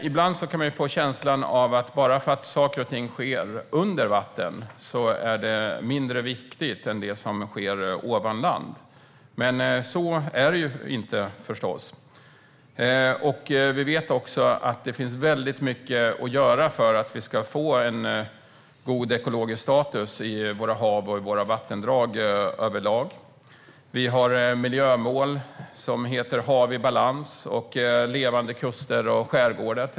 Ibland kan man få en känsla av att bara för att saker och ting sker under vatten är det mindre viktigt än det som sker på land. Men så är det ju förstås inte. Vi vet att det finns väldigt mycket att göra för att det överlag ska bli en god ekologisk status i våra hav och vattendrag. Vi har miljömål såsom Hav i balans samt levande kust och skärgård.